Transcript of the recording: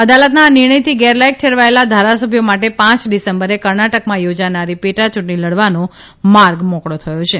અદાલતના આ નિ ર્ણયથી ગેરલાયક ઠેરવાયેલા ધારાસભ્યો માટે પાંચ ડિસેમ્બરે કર્ણાટકમાં યોજાનારી પેટાયૂંટણી લડવાનો માર્ગ મોકળો થયો છે